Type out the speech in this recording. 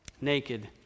Naked